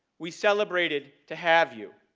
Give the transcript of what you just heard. we celebrated to have you,